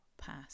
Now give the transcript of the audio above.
Pass